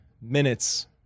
minutes